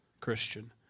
Christian